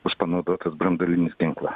bus panaudotas branduolinis ginklas